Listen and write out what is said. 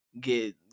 get